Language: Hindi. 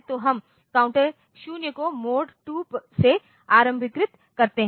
तो हम काउंटर 0 को मोड 2 में आरंभीकृत करते हैं